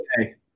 okay